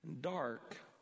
dark